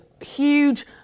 huge